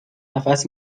نفس